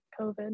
COVID